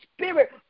Spirit